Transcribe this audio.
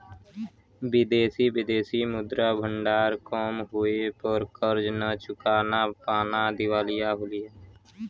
विदेशी विदेशी मुद्रा भंडार कम होये पे कर्ज न चुका पाना दिवालिया होला